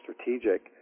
strategic